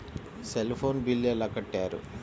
Cell phone bill ఎలా కట్టారు?